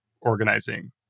organizing